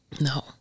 No